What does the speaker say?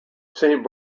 saint